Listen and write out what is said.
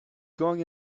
going